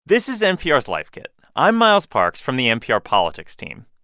this is npr's life kit. i'm miles parks from the npr politics team.